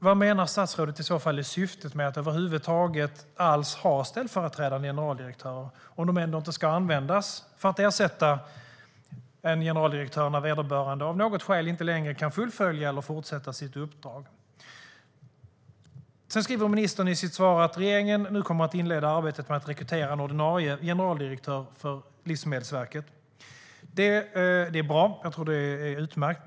Vad menar statsrådet i så fall är syftet med att över huvud taget ha ställföreträdande generaldirektörer om de ändå inte ska användas för att ersätta en generaldirektör när vederbörande av något skäl inte längre kan fullfölja eller fortsätta sitt uppdrag? Ministern skriver i sitt svar att regeringen nu kommer att inleda arbetet med att rekrytera en ordinarie generaldirektör för Livsmedelsverket. Det är bra. Jag tror att det är utmärkt.